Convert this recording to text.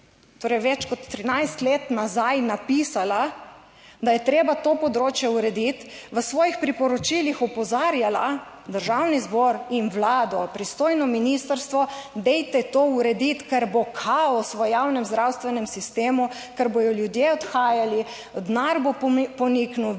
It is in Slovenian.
več kot 13 let nazaj, napisala, da je treba to področje urediti v svojih priporočilih opozarjala Državni zbor in Vlado, pristojno ministrstvo, dajte to urediti, ker bo kaos v javnem zdravstvenem sistemu, ker bodo ljudje odhajali, denar bo poniknil,